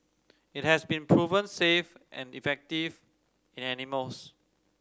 it has been proven safe and effective in animals